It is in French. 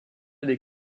des